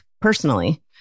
personally